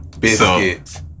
Biscuits